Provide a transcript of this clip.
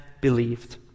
believed